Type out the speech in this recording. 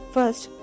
First